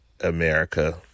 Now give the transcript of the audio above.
America